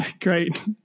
Great